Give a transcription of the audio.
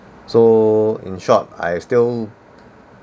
so in short I still